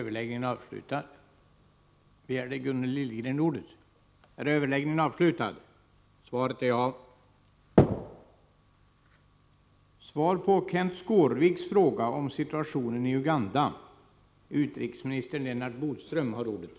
Enligt många och samstämmiga uppgifter fortsätter politiskt förtryck och massakrer på oskyldiga människor i Uganda. Jag vill därför fråga utrikesministern hur han bedömer situationen i Uganda och möjligheterna att där vinna respekt för grundläggande mänskliga rättigheter?